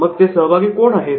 मग हे सहभागी कोण आहेत